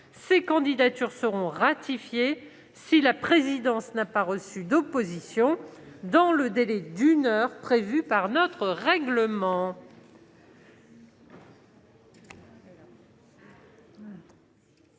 Ces candidatures seront ratifiées si la présidence n'a pas reçu d'opposition dans le délai d'une heure prévu par notre règlement.